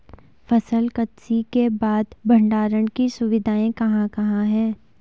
फसल कत्सी के बाद भंडारण की सुविधाएं कहाँ कहाँ हैं?